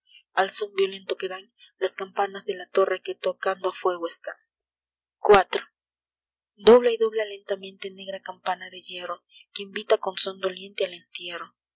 dan al són violento que dan las campanas de la torre que tocando a fuego están iv dobla y dobla lentamente negra campana de hierro que invita con són doliente al entierro